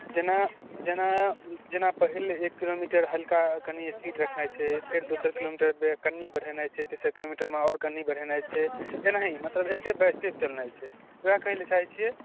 जेना जेना जेना पहिले एक किलोमीटर हल्का कनि स्पीड रखनाइ छै दोसर किलोमीटर कनि बढ़ेनाय छै तेसर किलोमीटरमे आओर कनि बढ़ेनाइ छै एनाही मतलब स्टेप बाइ स्टेप चलनाए छै वेह कहै लऽ चाहै छियै